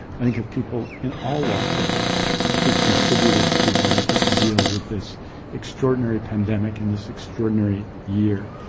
i think of people in all walks of life who have contributed to our effort to deal with this extraordinary pandemic and this extraordinary year